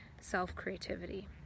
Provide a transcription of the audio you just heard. self-creativity